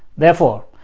therefore,